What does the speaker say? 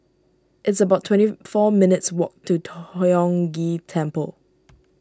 it's about twenty four minutes' walk to Tiong Ghee Temple